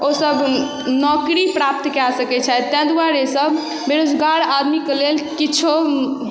ओ सभ नौकरी प्राप्त कऽ सकै छथि ताहि दुआरे सँ बेरोजगार आदमीके लेल किछो